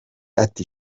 ati